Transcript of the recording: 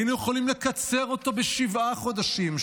היינו יכולים לקצר אותו בשבעה חודשים,